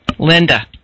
Linda